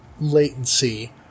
latency